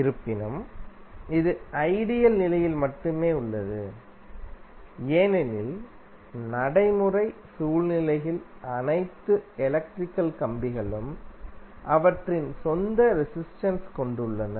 இருப்பினும் இது ஐடியல் நிலையில் மட்டுமே உள்ளது ஏனெனில் நடைமுறை சூழ்நிலையில் அனைத்து எலக்ட்ரிக்கல் கம்பிகளும் அவற்றின் சொந்த ரெசிஸ்டென்ஸ் கொண்டுள்ளன